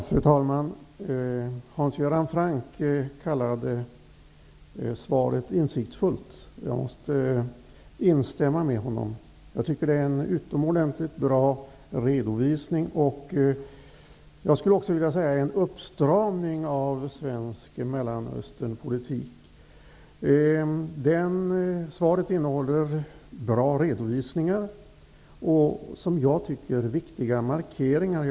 Herr talman! Hans Göran Franck kallade svaret insiktsfullt. Jag instämmer med honom. Redovisningen är utomordentligt bra. Jag skulle vilja säga att redovisingen utvisar en uppstramning av svensk Mellanösternpolitik. Svaret innehåller både bra och viktiga markeringar.